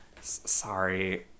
Sorry